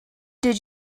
did